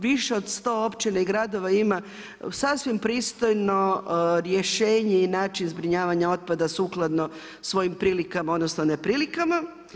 Više od 100 općina i gradova ima sasvim pristojno rješenje i način zbrinjavanja otpada sukladno svojim prilikama odnosno neprilikama.